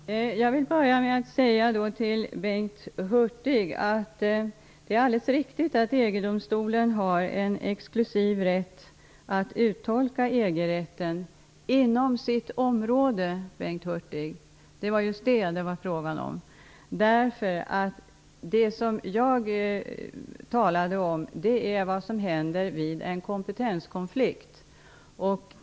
Herr talman! Jag vill börja med att till Bengt Hurtig säga att det är alldeles riktigt att EG-domstolen har en exklusiv rätt att uttolka EG-rätten -- inom sitt område. Det är just det som det handlar om. Jag talade om vad som händer vid en kompetenskonflikt.